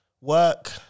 work